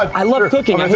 i love cooking,